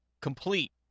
complete